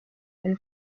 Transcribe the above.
del